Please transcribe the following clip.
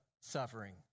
suffering